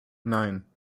nine